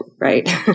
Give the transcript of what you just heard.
right